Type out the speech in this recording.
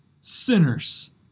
sinners